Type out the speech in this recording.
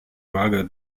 wagę